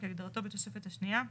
כהגדרתו בתוספת השנייה,